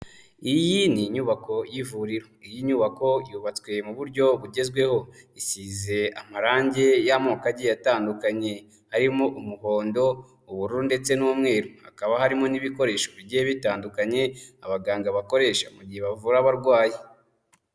Iyi ni inyubako y'ivuriro, iyi nyubako yubatswe mu buryo bugezweho, isize amarangi y'amoko agiye atandukanye arimo umuhondo, ubururu ndetse n'umweru, hakaba harimo n'ibikoresho bigiye bitandukanye, abaganga bakoresha mu gihe bavura abarwayi.